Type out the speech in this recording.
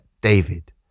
David